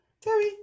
Terry